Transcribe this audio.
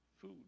food